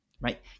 right